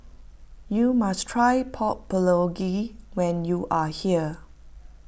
you must try Pork Bulgogi when you are here